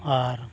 ᱟᱨ